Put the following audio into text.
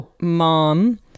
mom